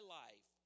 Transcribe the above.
life